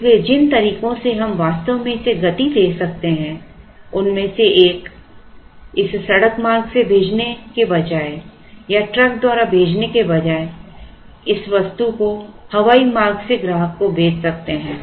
इसलिए जिन तरीकों से हम वास्तव में इसे गति दे सकते हैं उनमें से एक इसे सड़क मार्ग से भेजने के बजाय या ट्रक द्वारा भेजने के बजाय किसी वस्तु को हवाई मार्ग से ग्राहक को भेज सकते है